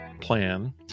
plan